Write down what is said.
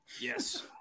Yes